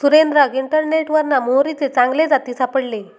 सुरेंद्राक इंटरनेटवरना मोहरीचे चांगले जाती सापडले